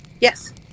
Yes